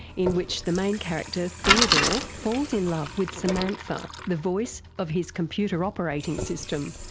in which the main character theodore falls in love with samantha, the voice of his computer operating system.